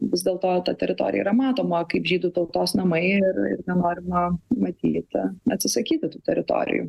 vis dėlto ta teritorija yra matoma kaip žydų tautos namai ir nenorima matyt atsisakyti tų teritorijų